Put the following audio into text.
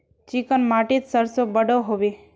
Chicken माटित सरसों बढ़ो होबे?